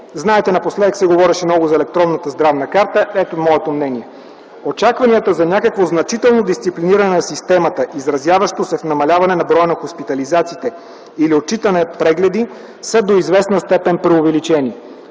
Знаете, напоследък се говореше много за електронната здравна карта, ето моето мнение. Очакванията за някакво значително дисциплиниране на системата, изразяващо се в намаляване на броя на хоспитализациите или отчитане на прегледи, са до известна степен преувеличени,